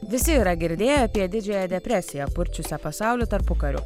visi yra girdėję apie didžiąją depresiją purčiusią pasaulį tarpukariu